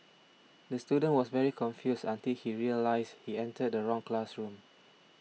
the student was very confused until he realised he entered the wrong classroom